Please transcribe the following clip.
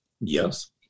Yes